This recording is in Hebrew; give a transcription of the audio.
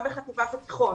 גם בחטיבה ותיכון